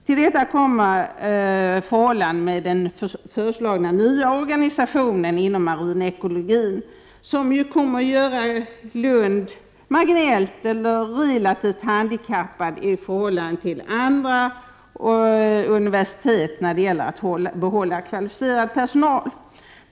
Till detta kommer att förhållandena med den föreslagna nya organisationen inom marinekologin kommer att göra Lund marginellt eller relativt handikappat i förhållande till andra universitet när det gäller att behålla kvalificerad personal.